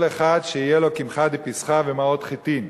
אחד שיהיה לו קמחא דפסחא ומעות חיטים.